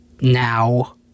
now